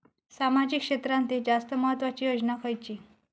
सामाजिक क्षेत्रांतील जास्त महत्त्वाची योजना खयची?